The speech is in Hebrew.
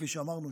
כפי שאמרנו,